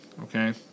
okay